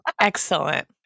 Excellent